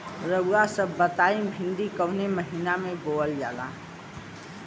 रउआ सभ बताई भिंडी कवने महीना में बोवल जाला?